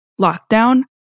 lockdown